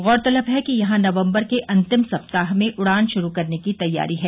गौरतलब है कि यहां नवम्बर के अंतिम सप्ताह में उड़ान श्रू करने की तैयारी है